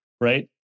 right